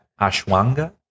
Ashwanga